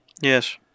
Yes